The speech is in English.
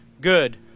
good